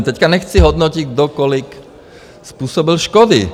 Teď nechci hodnotit, kdo kolik způsobil škody.